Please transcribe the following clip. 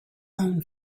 own